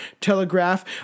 Telegraph